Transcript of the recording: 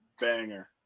banger